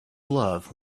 love